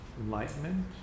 enlightenment